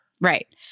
Right